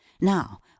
Now